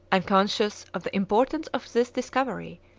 unconscious of the importance of this discovery,